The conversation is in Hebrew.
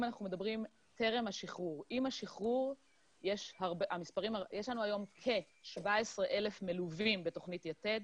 עם השחרור יש לנו היום כ-17,000 מלווים בתוכנית יתד,